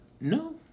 no